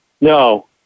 No